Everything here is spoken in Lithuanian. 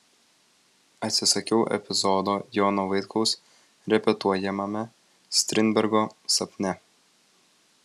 atsisakiau epizodo jono vaitkaus repetuojamame strindbergo sapne